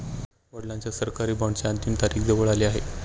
वडिलांच्या सरकारी बॉण्डची अंतिम तारीख जवळ आली आहे